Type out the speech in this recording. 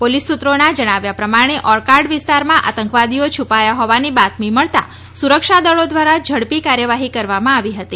police સૂત્રોનાં જણાવ્યા પ્રમાણે ઓર્કાર્ડ વિસ્તારમાં આતંકવાદીઓ છુપાયા હાવાની બાતમી મળતા સુરક્ષા દળો દ્વારા ઝડપી કાર્યવાહી કરવામાં આવી હતી